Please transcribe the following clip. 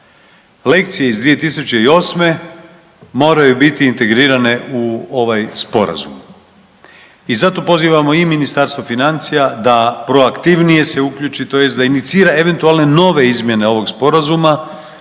Lekcije iz 2008. moraju biti integrirane u ovaj sporazum i zato pozivamo i Ministarstvo financija da proaktivnije se uključi tj. da inicira eventualne nove izmjene ovog sporazuma